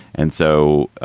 and so